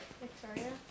Victoria